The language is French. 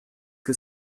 que